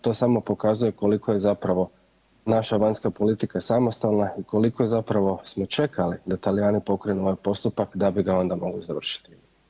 To samo pokazuje koliko je zapravo naša vanjska politika samostalna i koliko smo zapravo čekali da Talijani pokrenu ovaj postupak da bi ga onda mogli završiti.